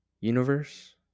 universe